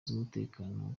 z’umutekano